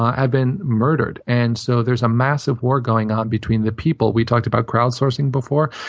have been murdered. and so there's a massive war going on between the people. we talked about crowd sourcing before.